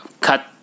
cut